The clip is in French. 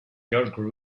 girl